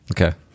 Okay